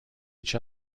each